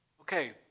Okay